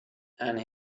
and